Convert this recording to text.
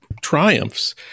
triumphs